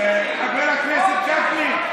חבר הכנסת גפני,